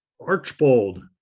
archbold